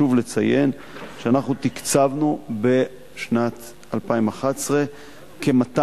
חשוב לציין שאנחנו תקצבנו בשנת 2011 כ-200